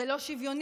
זה לא שוויוני,